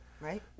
Right